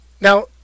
now